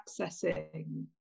accessing